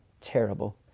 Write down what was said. Terrible